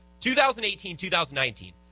2018-2019